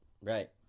Right